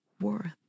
worth